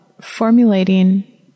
formulating